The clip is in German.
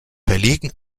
verlegen